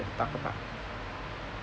to talk about